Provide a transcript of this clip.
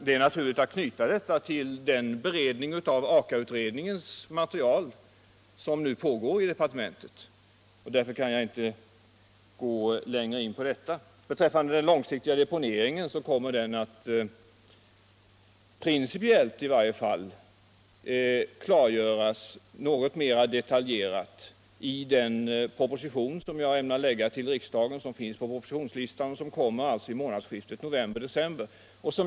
Det är naturligt att knyta detta till den beredning av Aka-utredningens material som nu pågår i departementet, och därför kan jag inte nu gå längre in på den frågan. Beträffande den långsiktiga deponeringen vill jag säga att den kommer att i varje fall principiellt klargöras något mer detaljerat i en proposition som finns upptagen på propositionslistan och avses lämnas till riksdagen i månadsskiftet november-december.